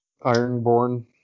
Ironborn